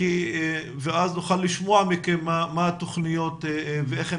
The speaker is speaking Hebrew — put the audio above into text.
ואז נוכל לשמוע מכם מה התוכניות ואיך הן